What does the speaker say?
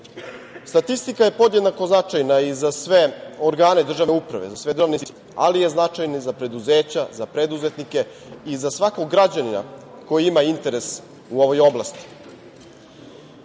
nivoima. Statistika je podjednako značajna i za sve organe državne uprave, za sve državne institucije, ali je značajna i za preduzeća, za preduzetnike i za svakog građanina koji ima interes u ovoj oblasti.